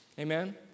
Amen